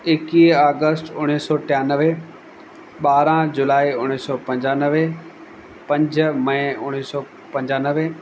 एकवीह अगस्ट उणिवीह सौ टियानवे ॿारहं जुलाई उणिवीह सौ पंजानवे पंज मई उणीवीह सौ पंजानवे